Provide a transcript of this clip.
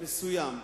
בהיקף מסוים.